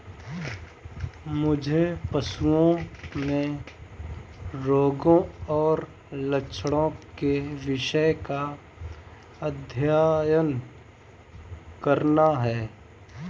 मुझे पशुओं में रोगों और लक्षणों के विषय का अध्ययन करना है